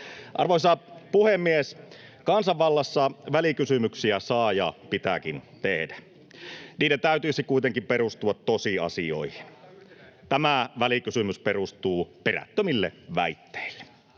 Arvoisa puhemies! Kansanvallassa välikysymyksiä saa ja pitääkin tehdä. Niiden täytyisi kuitenkin perustua tosiasioihin. Tämä välikysymys perustuu perättömille väitteille.